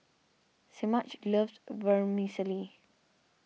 Semaj loves Vermicelli